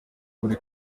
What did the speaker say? buri